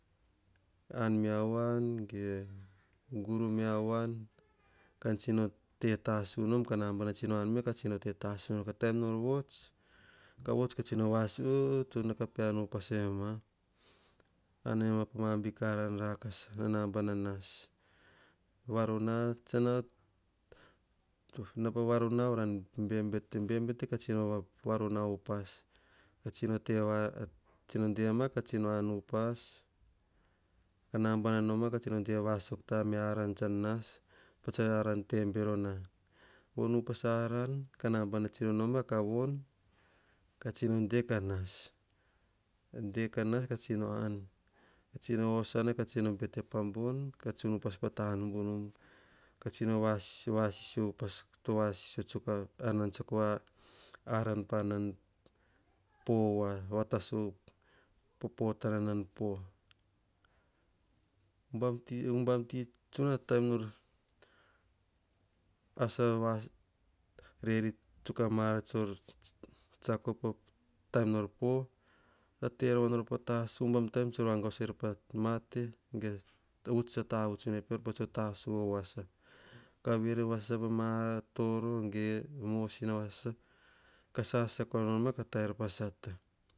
An me avoan guru me avoan, kan tsino tetasu nom. Nabana tsino an me keete tasu nor. Ka vuts katsino vasisio ka. De ama tope an upas eme, anema ma big aran rakasa. Nabana nas, nao pavaronaa. Varan bebete varan varona upas tsino dema ka an upas. Tsinoma kade vasok ta aran nan nas. Pa tsa aran tebero na, von upas arav kanabana tsino nao ma kavon. Katsino de ka nas de ka nas ka tsino an. Ka tsino osana ka bete pabon. Ka tsino tsuan upas pata nubunubu. Ka tsino vasisio upas to vasisio tsuk nan tsiako voa aran vatasu popotanan po habam ti tetenem tsan nain sok rova. Kas tsa vavau ovoi pa nan nao. Pa tsa tavasata kas me tsa tsoe vanatane. Ka me-ene hubam ti tokita nata nor anan tetenom. Tsan nao en mosina ka pino kas tsa vavuts sasanema pean tsa vatao sasama asana. Kan tavuts sasaima pa ar nan kes vots nom pesparati tovovots nama en vanu e kas. Pa tsor vets ekas ka tsoe er. Vatamape kas vei to tsutsuk namma ge mai nama panan va esiso nom. Tsa nanahema pa tsa vots pamia vanu. Teno habam kas po hubam ti voro vakokoto. Tsa vets pip enor pean ka koto er pean.